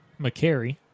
McCary